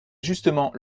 justement